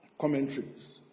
commentaries